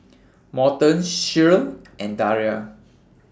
Morton Shirl and Daria